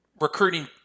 recruiting